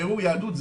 בירור יהדות,